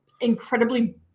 incredibly